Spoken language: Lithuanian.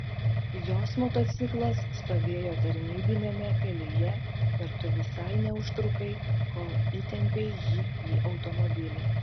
jos motociklas stovėjo tarnybiniame kelyje ir tu visai neužtrukai kol įtempei jį į automobilį